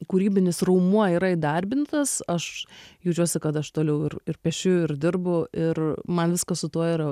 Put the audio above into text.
kūrybinis raumuo yra įdarbintas aš jaučiuosi kad aš toliau ir ir piešiu ir dirbu ir man viskas su tuo yra